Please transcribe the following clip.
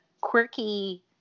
quirky